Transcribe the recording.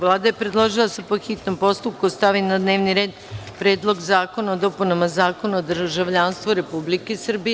Vlada je predložila da se po hitnom postupku stavi na dnevni red Predlog zakona o dopunama Zakona o državljanstvu Republike Srbije.